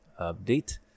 Update